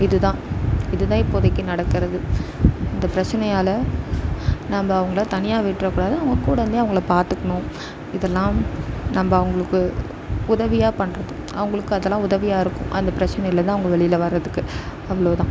இதுதான் இதுதான் இப்போதைக்கு நடக்கறது இந்த பிரச்சனையால் நம்ம அவங்கள தனியாக விட்டுறக்கூடாது அவங்க கூட இருந்தே அவங்கள பார்த்துக்கணும் இதெல்லாம் நம்ம அவங்களுக்கு உதவியாக பண்ணுறது அவங்களுக்கு அதெல்லாம் உதவியாக இருக்கும் அந்த பிரச்சனைலேருந்து அவங்க வெளியில வரதுக்கு அவ்வளோதான்